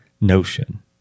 notion